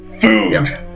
Food